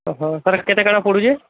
ହଁ କେତେ କ'ଣ ପଡ଼ୁଛି